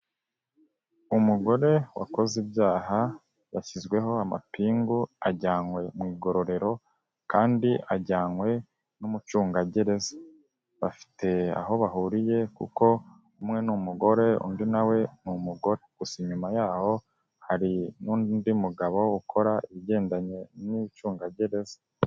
Umugore wakoze ibyaha yashyizweho amapingu ajyanywe mu igorero kandi ajyanywe n'umucungagereza, bafite aho bahuriye kuko umwe n'umugore undi nawe n'umugore, gusa inyuma yaho hari n'undi mugabo ukora ibigendanye nicungagereza.